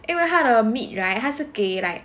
因为他的 meat right 他是给 like